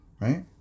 right